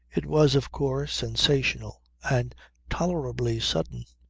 it was of course sensational and tolerably sudden.